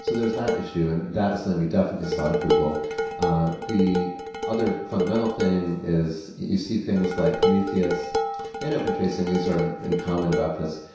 so there is that issue and that is we definitely saw at google the other fundamental thing is you see things like prometheus and opentracing, these are incumbent about this.